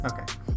okay